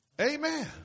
Amen